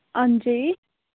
हां जी